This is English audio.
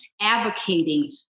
advocating